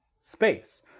space